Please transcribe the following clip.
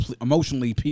emotionally